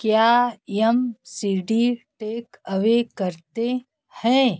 क्या M C D takeaway करते हैं